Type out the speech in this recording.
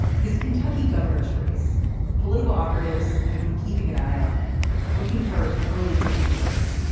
this kentucky governor's race political operatives have been keeping an eye on him looking for early indicators.